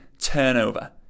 turnover